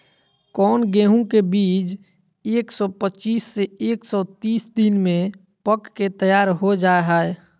कौन गेंहू के बीज एक सौ पच्चीस से एक सौ तीस दिन में पक के तैयार हो जा हाय?